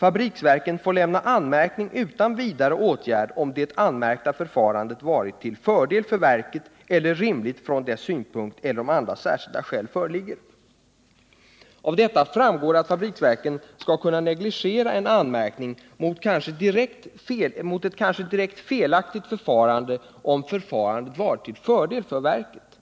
Fabriksverken får lämna anmärkning utan vidare åtgärd, om det anmärkta förfarandet varit till fördel för verket eller rimligt från dess synpunkt eller om andra särskilda skäl föreligger.” Av detta framgår att fabriksverken skall kunna negligera en anmärkning mot ett kanske direkt felaktigt förfarande, om förfarandet har varit till fördel för verket.